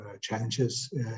challenges